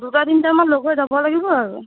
দুটা তিনিটামান লগ হৈ যাব লাগিব আৰু